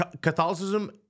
Catholicism